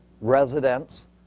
residents